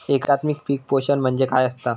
एकात्मिक पीक पोषण म्हणजे काय असतां?